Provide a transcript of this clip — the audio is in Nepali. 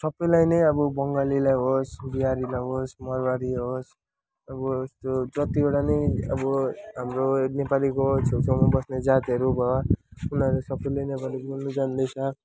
सबैलाई नै अब बङ्गालीलाई होस् बिहारीलाई होस् मारवाडीलाई होस् अब जो कतिवटा नै अब हाम्रो नेपाली छेउछेउमा बस्ने जातिहरू भयो उनीहरू सबैले नै अब बोल्नु जान्दैछ